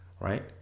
Right